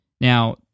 Now